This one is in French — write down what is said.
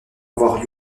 avoir